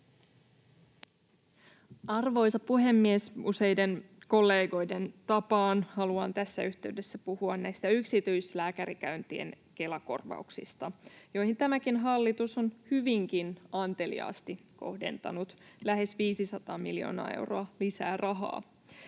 Arvoisa puhemies! Useiden kollegoiden tapaan haluan tässä yhteydessä puhua näistä yksityislääkärikäyntien Kela-korvauksista, joihin tämäkin hallitus on hyvinkin anteliaasti kohdentanut lähes 500 miljoonaa euroa lisää rahaa.